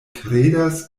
kredas